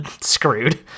screwed